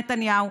נתניהו,